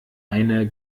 eine